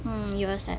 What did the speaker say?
um you accept